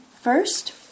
first